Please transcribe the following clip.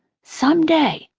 someday,